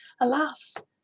Alas